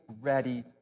ready